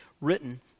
written